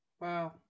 Wow